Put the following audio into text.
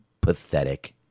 pathetic